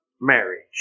marriage